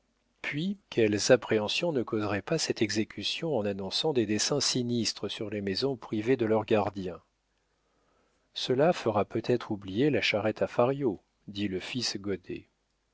puis quelles appréhensions ne causerait pas cette exécution en annonçant des desseins sinistres sur les maisons privées de leurs gardiens cela fera peut-être oublier la charrette à fario dit le fils